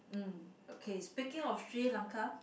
mm okay speaking of Sri-Lanka